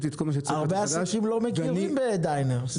הרבה עסקים לא מכירים ב"דיינרס".